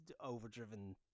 overdriven